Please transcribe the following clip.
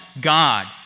God